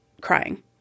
crying